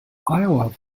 iowa